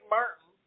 Martin